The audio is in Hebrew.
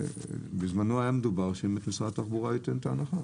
בזמנו היה מדובר שמשרד התחבורה ייתן את ההנחה.